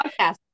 Podcast